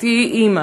"את תהיי אימא",